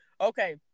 Okay